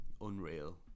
Unreal